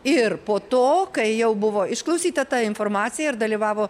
ir po to kai jau buvo išklausyta ta informacija ir dalyvavo